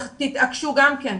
תתעקשו גם כן.